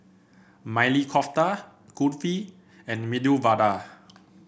Maili Kofta Kulfi and Medu Vada